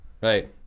right